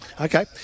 Okay